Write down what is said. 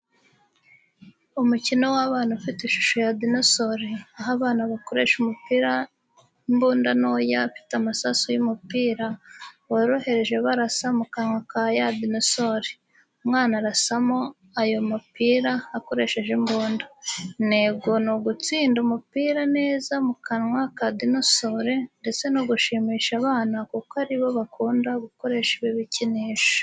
Umukino w’abana ufiite ishusho ya dinosore, aho abana bakoresha imbunda ntoya ifite amasasu y’umupira, woroheje barasa mu kanwa ka ya dinosore. Umwana arasamo ayo mapira akoresheje imbunda. Intego n'ugutsinda umupira neza mukanwa ka dinosoro ndetse no gushimisha abana kuko aribo bakunda gukoresha ibi bikinisho.